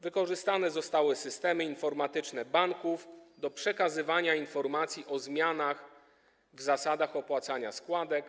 Wykorzystane zostały systemy informatyczne banków do przekazywania informacji o zmianach w zasadach opłacania składek.